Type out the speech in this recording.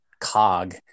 cog